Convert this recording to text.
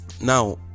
now